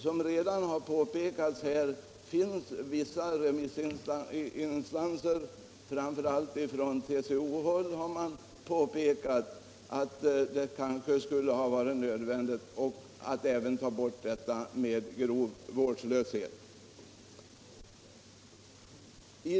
Som redan påpekats har vissa remissinstanser, bl.a. TCO, påpekat att det kanske skulle ha varit nödvändigt att ta bort detta med grov vårdslöshet.